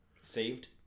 Saved